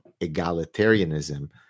egalitarianism